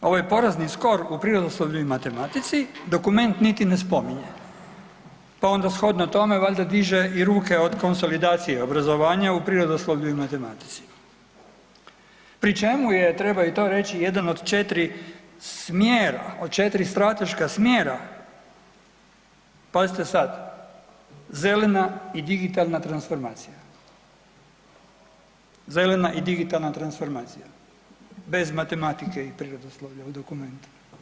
Ovaj porazni skor u prirodoslovlju i matematici dokument niti ne spominje, pa onda shodno tome valjda diže i ruke od konsolidacije obrazovanja u prirodoslovlju i matematici pri čemu je, treba i to reći, jedan od 4 smjera, od 4 strateška smjera, pazite sad, zelena i digitalna transformacija, zelena i digitalna transformacija bez matematike i prirodoslovlja u dokumentu.